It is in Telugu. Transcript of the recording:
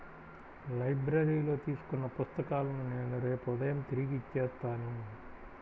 లైబ్రరీలో తీసుకున్న పుస్తకాలను నేను రేపు ఉదయం తిరిగి ఇచ్చేత్తాను